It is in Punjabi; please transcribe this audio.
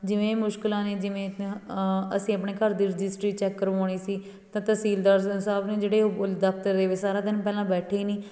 ਜਿਵੇਂ ਮੁਸ਼ਕਿਲਾਂ ਨੇ ਜਿਵੇਂ ਅਸੀਂ ਆਪਣੇ ਘਰ ਦੇ ਰਜਿਸਟਰੀ ਚੈੱਕ ਕਰਵਾਉਣੀ ਸੀ ਤਾਂ ਤਹਿਸੀਲਦਾਰ ਸਾ ਸਾਹਿਬ ਨੇ ਜਿਹੜੇ ਉਹ ਦਫਤਰ ਦੇ ਵਿੱਚ ਸਾਰਾ ਦਿਨ ਪਹਿਲਾਂ ਬੈਠੇ ਹੀ ਨਹੀਂ